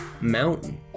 Mountain